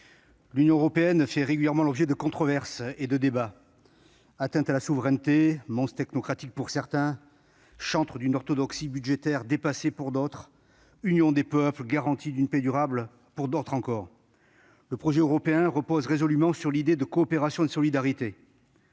l'Union européenne fait régulièrement l'objet de controverses et de débats : atteinte à la souveraineté ou monstre technocratique pour certains, chantre d'une orthodoxie budgétaire dépassée pour d'autres, union des peuples et garantie d'une paix durable pour d'autres encore. Le projet européen repose résolument sur l'idée de coopération et de solidarité.